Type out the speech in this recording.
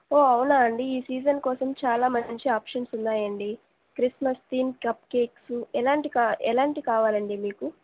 ఓ అవునా అండి ఈ సీజన్ కోసం చాలా మంచి ఆప్షన్సు ఉన్నాయి అండి క్రిస్మస్ థీమ్ కప్ కేక్సు ఎలాంటి క ఎలాంటివి కావాలండి మీకు